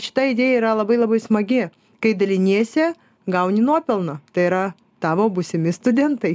šita idėja yra labai labai smagi kai daliniesi gauni nuopelną tai yra tavo būsimi studentai